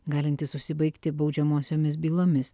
galintis užsibaigti baudžiamosiomis bylomis